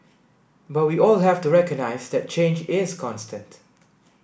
but we all have to recognise that change is constant